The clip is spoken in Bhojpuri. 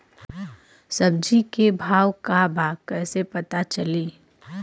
सब्जी के भाव का बा कैसे पता चली?